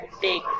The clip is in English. big